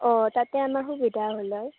অ' তাতে আমাৰ সুবিধা হ'ল হয়